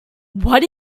what